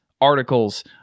articles